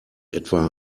etwa